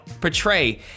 portray